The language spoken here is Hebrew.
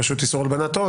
רשות איסור הלבנת הון.